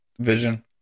Vision